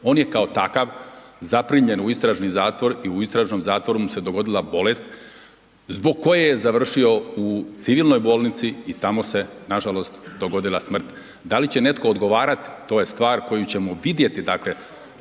On je kao takav zaprimljen u istražni zatvor i u istražnom zatvoru mu se dogodila bolest zbog koje je završio u civilnoj bolnici i tamo se nažalost dogodila smrt, da li će netko odgovarat, to je stvar koju ćemo vidjeti dakle,